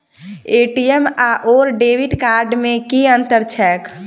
ATM आओर debit card मे की अंतर छैक?